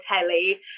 telly